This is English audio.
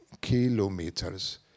kilometers